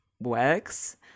works